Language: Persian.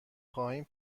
خواهیم